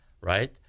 right